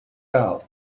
out